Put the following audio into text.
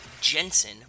Jensen